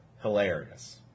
hilarious